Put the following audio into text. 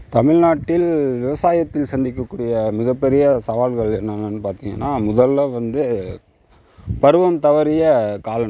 தமிழ் நாட்டில் விவசாயத்தில் சந்திக்கக்கூடிய மிக பெரிய சவால்கள் என்னனன்னு பார்த்திங்கன்னா முதலில் வந்து பருவம் தவறிய காலநிலை